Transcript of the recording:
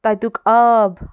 تتیُک آب